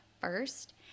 first